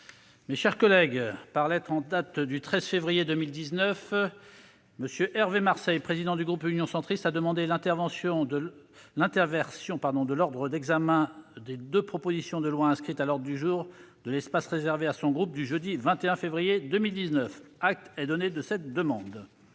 les réserves d'usage. Par lettre en date du 13 février 2019, M. Hervé Marseille, président du groupe Union Centriste, a demandé l'interversion de l'ordre d'examen des deux propositions de loi inscrites à l'ordre du jour de l'espace réservé à son groupe du jeudi 21 février 2019. Acte est donné de cette demande.